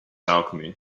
alchemy